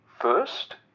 first